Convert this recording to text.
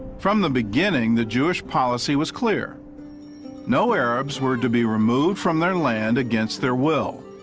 from the beginning, the jewish policy was clear no arabs were to be removed from their land against their will.